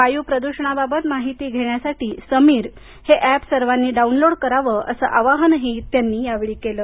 वायू प्रद्रषणाबाबत माहिती घेण्यासाठी समीर हे अॅप सर्वांनी डाउनलोड करावं असं आवाहनही त्यांनी या वेळी केलं